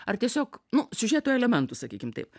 ar tiesiog nu siužeto elementų sakykim taip